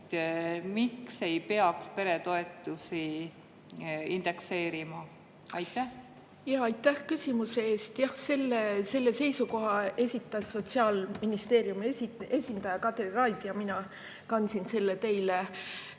miks ei peaks peretoetusi indekseerima? Aitäh küsimuse eest! Selle seisukoha esitas Sotsiaalministeeriumi esindaja Kadri Raid ja mina kandsin selle teile ette.